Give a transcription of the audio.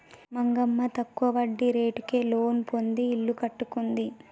మంగమ్మ తక్కువ వడ్డీ రేటుకే లోను పొంది ఇల్లు కట్టుకుంది